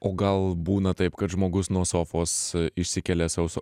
o gal būna taip kad žmogus nuo sofos išsikelia sau sau